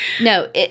No